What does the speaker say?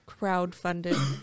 crowdfunded